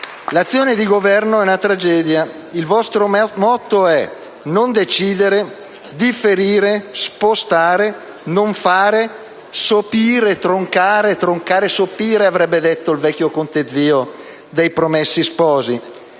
l'azione di governo è una tragedia: il vostro motto è non decidere, differire, spostare, non fare. «Sopire, troncare, (...) troncare, sopire» avrebbe detto il vecchio conte zio de «I Promessi Sposi».